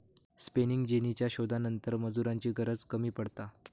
spinning जेनीच्या शोधानंतर मजुरांची गरज कमी पडता